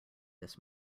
this